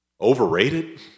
overrated